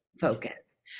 focused